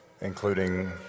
including